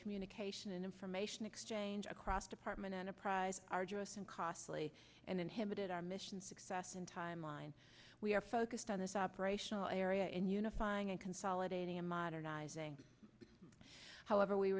communication and information exchange across department enterprise arduous and costly and inhibited our mission success in timeline we are focused on this operational area and unifying and consolidating and modernizing however we